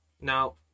now